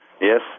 Yes